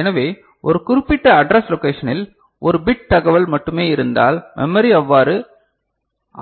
எனவே ஒரு குறிப்பிட்ட அட்ரஸ் லொகேஷனில் ஒரு பிட் தகவல் மட்டுமே இருந்தால் மெமரி அவ்வாறு